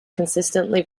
consistently